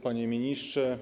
Panie Ministrze!